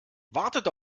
wartet